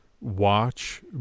watch